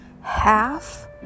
half